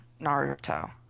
Naruto